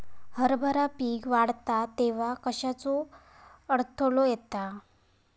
हरभरा पीक वाढता तेव्हा कश्याचो अडथलो येता?